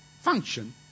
Function